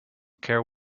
care